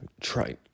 try